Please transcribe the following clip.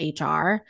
HR